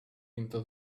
into